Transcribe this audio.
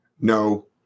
no